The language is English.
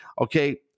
Okay